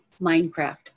Minecraft